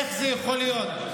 איך זה יכול להיות?